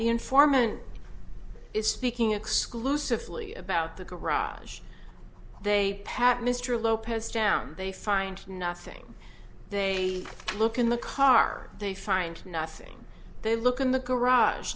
informant it's speaking exclusively about the garage they pat mr lopez down they find nothing they look in the car they find nothing they look in the garage